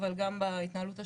אבל גם לגבי ההתנהלות השוטפת.